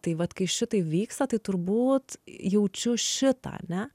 tai vat kai šitai vyksta tai turbūt jaučiu šitą ane